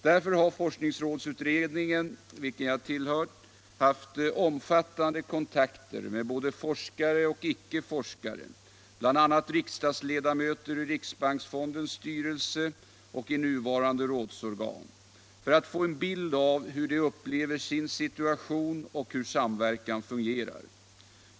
Därför har forskningsrådsutredningen, vilken jag tillhört, haft omfattande kontakter med både forskare och icke forskare, bl.a. riksdagsledamöter i riksbanksfonadens styrelse och nuvarande rådsorgan, för att få en bild av hur de upplever sin situation och hur samverkan fungerar.